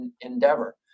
endeavor